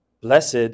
blessed